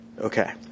okay